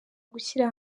gushyira